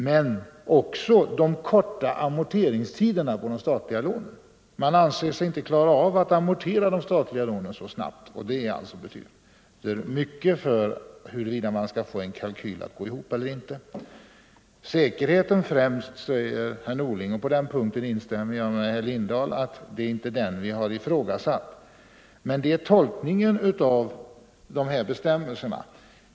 Men även de statliga lånens korta amorteringstid är viktig, man anser sig inte kunna klara av att amortera de statliga lånen så snabbt, och det betyder mycket för möjligheterna att få en kalkyl att gå ihop. Säkerheten främst, säger herr Norling. På den punkten instämmer jag med herr Lindahl i Hamburgsund: Vi har inte ifrågasatt säkerheten. Däremot har vi diskuterat tolkningen av bestämmelserna.